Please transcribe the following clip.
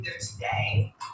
today